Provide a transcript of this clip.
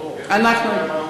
ברור, אמרתי.